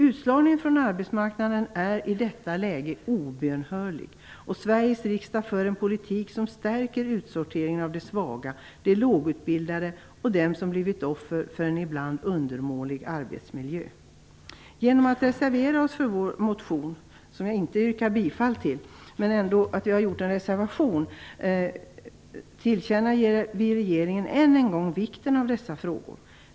Utslagningen från arbetsmarknaden är i detta läge obönhörlig, och Sveriges riksdag för en politik som stärker utsorteringen av de svaga, de lågutbildade och dem som blivit offer för en ibland undermålig arbetsmiljö. Genom att reservera oss till förmån för vår motion tillkännager vi regeringen än en gång vikten av dessa frågor. Jag yrkar alltså inte bifall till reservationen men markerar ändå att vi har gjort den.